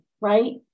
right